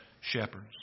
shepherds